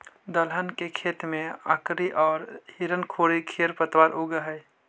दलहन के खेत में अकरी औउर हिरणखूरी खेर पतवार उगऽ हई